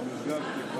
64